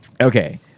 Okay